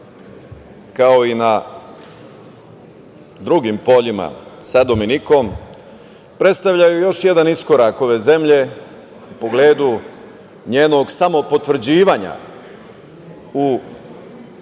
kao i na drugim poljima sa Dominikom, predstavljaju još jedan iskorak ove zemlje u pogledu njenog samopotvrđivanja i normalnom